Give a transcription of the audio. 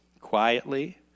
quietly